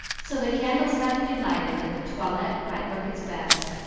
so the candles had to be lighted that the toilette might look its best,